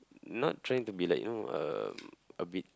not trying to be like you know um a bit